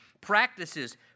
practices